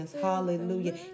Hallelujah